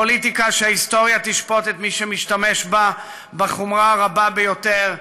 פוליטיקה שההיסטוריה תשפוט את מי שמשתמש בה בחומרה הרבה ביותר,